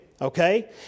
Okay